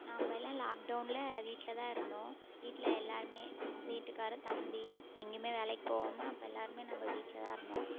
நாம்மல்லாம் லாக்டவுனில் வீட்டில் தான் இருந்தோம் வீட்டில் எல்லோருமே வீட்டுக்காரரு தம்பி எங்கேயுமே வேலைக்கு போகாம அப்போ எல்லோருமே நம் வீட்டில் தான் இருந்தோம்